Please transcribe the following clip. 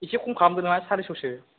एसे खम खालामदो नामा सारिस'सो